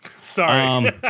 sorry